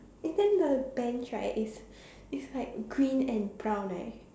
and then the bench right is is like green and brown right